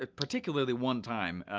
ah particularly one time,